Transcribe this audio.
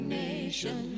nation